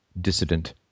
dissident